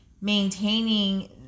maintaining